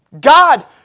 God